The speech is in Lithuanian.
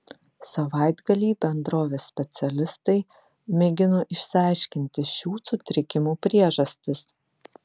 savaitgalį bendrovės specialistai mėgino išsiaiškinti šių sutrikimų priežastis